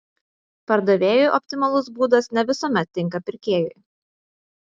pardavėjui optimalus būdas ne visuomet tinka pirkėjui